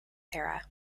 era